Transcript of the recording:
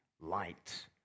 light